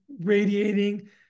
radiating